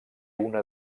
una